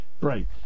Right